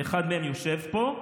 ואחד מהם יושב פה,